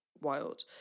wild